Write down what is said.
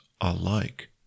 alike